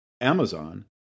Amazon